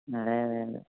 നിറയേ വേറെ